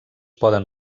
poden